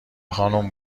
خانم